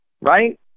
right